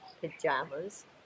pajamas